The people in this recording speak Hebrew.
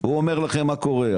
הוא אומר לכם מה קורה.